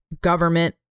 government